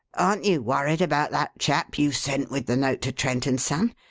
aren't you worried about that chap you sent with the note to trent and son?